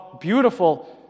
beautiful